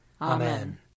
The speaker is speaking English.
Amen